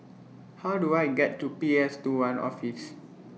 How Do I get to P S two one Office